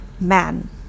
man